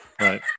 Right